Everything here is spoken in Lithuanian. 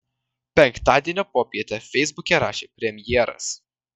penktadienio popietę feisbuke rašė premjeras